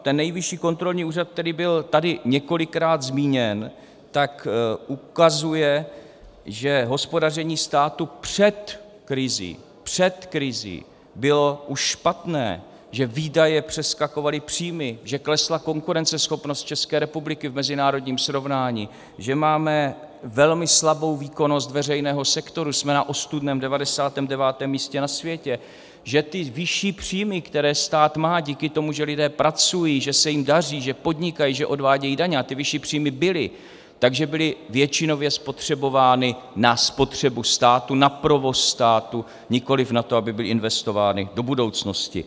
Ten Nejvyšší kontrolní úřad, který tady byl několikrát zmíněn, tak ukazuje, že hospodaření státu před krizí před krizí bylo už špatné, že výdaje přeskakovaly příjmy, že klesla konkurenceschopnost České republiky v mezinárodním srovnání, že máme velmi slabou výkonnost veřejného sektoru, jsme na ostudném 99. místě na světě, že ty vyšší příjmy, které stát má díky tomu, že lidé pracují, že se jim daří, že podnikají, že odvádějí daně, a ty vyšší příjmy byly, tak že byly většinově spotřebovány na spotřebu státu, na provoz státu, nikoli na to, aby byly investovány do budoucnosti.